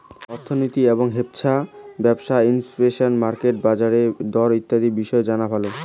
অর্থনীতি এবং হেছাপ ব্যবস্থার ইনফ্লেশন, মার্কেট বা বাজারের দর ইত্যাদি বিষয় জানা ভালো